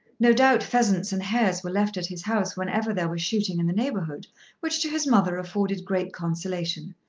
no doubt pheasants and hares were left at his house whenever there was shooting in the neighbourhood which to his mother afforded great consolation.